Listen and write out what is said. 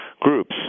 groups